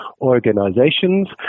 organizations